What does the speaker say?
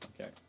Okay